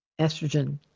estrogen